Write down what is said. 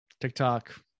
tiktok